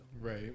Right